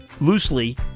loosely